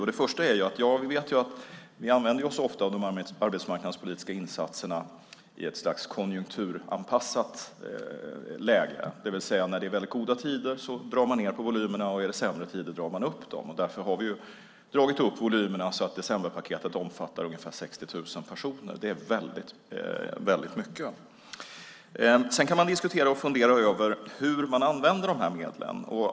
Jag vet - för det första - att vi ofta använder oss av de arbetsmarknadspolitiska insatserna i ett slags konjunkturanpassat läge, det vill säga att man i väldigt goda tider drar ned på volymerna och i sämre tider drar upp dem. Därför har vi dragit upp volymerna så att decemberpaketet omfattar ungefär 60 000 personer. Det är väldigt, väldigt många. För det andra kan man diskutera och fundera över hur dessa medel används.